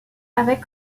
avec